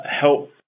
help